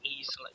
easily